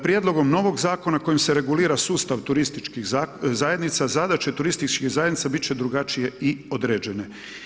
Prijedlogom novog Zakona kojim se regulira sustav turističkih zajednica, zadaće turističkih zajednica bit će drugačije i određene.